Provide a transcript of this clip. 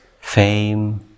fame